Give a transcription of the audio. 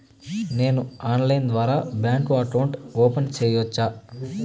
నేను ఆన్లైన్ ద్వారా bank account open సేయొచ్చా?